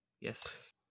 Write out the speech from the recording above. Yes